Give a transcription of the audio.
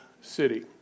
city